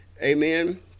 Amen